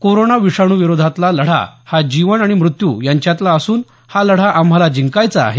corona विषाणू विरोधातला लढा हा जीवन आणि मृत्यु यांच्यातला असून हा लढा आम्हाला जिंकायचा आहे